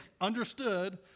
understood